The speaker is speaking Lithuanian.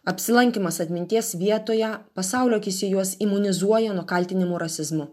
apsilankymas atminties vietoje pasaulio akyse juos imunizuoja nuo kaltinimų rasizmu